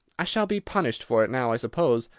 i shall be punished for it now, i suppose,